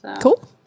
Cool